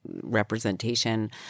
representation